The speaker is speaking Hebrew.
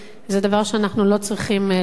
זה דבר שאנחנו לא צריכים לאפשר,